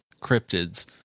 cryptids